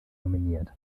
nominiert